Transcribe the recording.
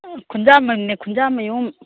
ꯈꯨꯟꯖꯥꯝꯕꯝꯅꯦ ꯈꯨꯟꯖꯥꯃꯌꯨꯝ